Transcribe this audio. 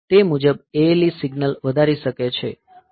તે મુજબ ALE signal વધારી શકે છે